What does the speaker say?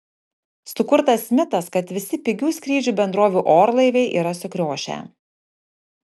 sukurtas mitas kad visi pigių skrydžių bendrovių orlaiviai yra sukriošę